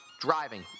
driving